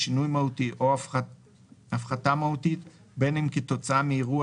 "שינוי מהותי" או "הפחתה מהותית" בין אם כתוצאה מאירוע